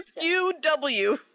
U-W